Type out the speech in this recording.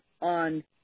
on